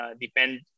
depend